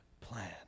plan